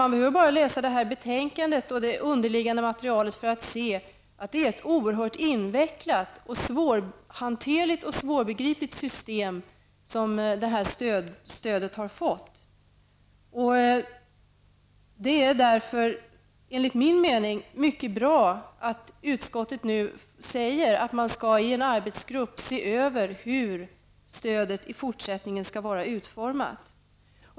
Man behöver bara läsa betänkandet och det underliggande materialet för att se att det här stödet har fått ett oerhört invecklat, svårhanterligt och svårbegripligt system. Därför är det enligt min mening mycket bra att utskottet nu säger att en arbetsgrupp skall se över hur stödet i fortsättningen skall vara utformat.